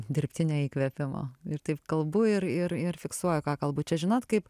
dirbtinio įkvėpimo ir taip kalbu ir ir ir fiksuoju ką kalbu čia žinot kaip